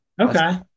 okay